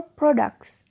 products